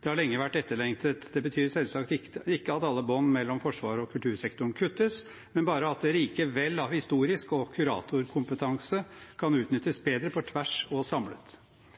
Det har lenge vært etterlengtet. Det betyr selvsagt ikke at alle bånd mellom Forsvaret og kultursektoren kuttes, men bare at det rike vell av historisk kompetanse og kuratorkompetanse kan utnyttes bedre på tvers og samlet.